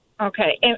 okay